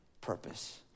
purpose